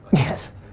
yes.